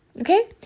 Okay